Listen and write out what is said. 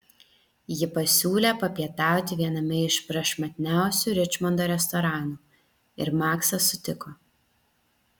ji pasiūlė papietauti viename iš prašmatniausių ričmondo restoranų ir maksas sutiko